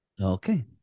Okay